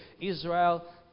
Israel